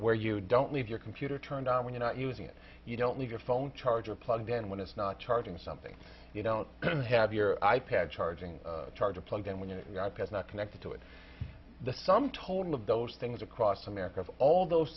where you don't leave your computer turned on when you're not using it you don't need your phone charger plugged in when it's not charging something you don't have your i pad charging charger plugged in with your i pad not connected to it the sum total of those things across america all those